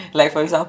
ya